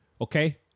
Okay